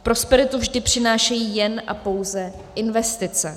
Prosperitu vždy přinášejí jen a pouze investice.